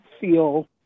feel